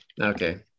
Okay